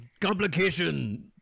complication